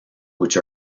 which